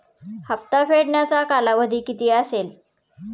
हप्ता फेडण्याचा कालावधी किती असेल?